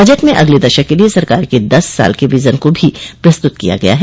budget में अगले दशक के लिए सरकार के दस साल के विजन को भी प्रस्तुत किया गया है